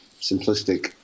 simplistic